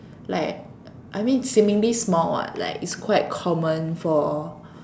like I mean seemingly small [what] like it's quite common for